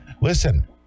Listen